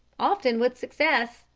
often with success,